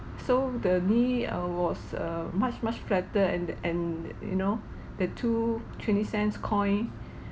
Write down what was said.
so the knee uh was err much much flatter and and you know the two twenty cents coin